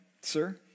sir